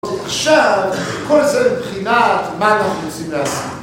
עכשיו, כל זה מבחינת מה אנחנו רוצים להשיג